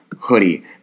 hoodie